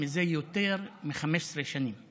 זה יותר מ-15 שנים,